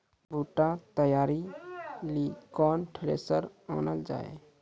बूटा तैयारी ली केन थ्रेसर आनलऽ जाए?